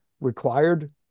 required